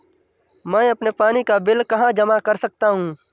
मैं अपने पानी का बिल कहाँ जमा कर सकता हूँ?